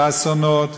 באסונות,